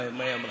מה היא אמרה.